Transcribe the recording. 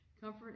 Comfort